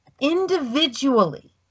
individually